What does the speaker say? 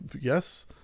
yes